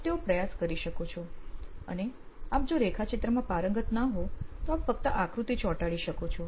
આપ તેવો પ્રયાસ કરી શકો છો અને આપ જો રેખાચિત્ર માં પારંગત ના હો તો આપ ફક્ત આકૃતિ ચોંટાડી શકો છો